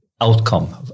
outcome